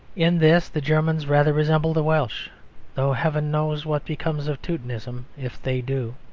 in this the germans rather resemble the welsh though heaven knows what becomes of teutonism if they do.